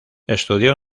estudió